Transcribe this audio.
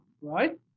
right